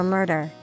Murder